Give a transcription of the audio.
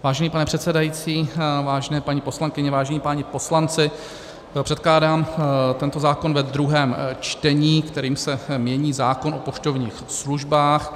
Vážený pane předsedající, vážené paní poslankyně, vážení páni poslanci, předkládám tento zákon ve druhém čtení, kterým se mění zákon o poštovních službách.